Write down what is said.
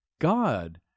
God